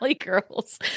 girls